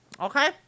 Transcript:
Okay